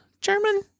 German